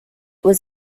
was